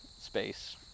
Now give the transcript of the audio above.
space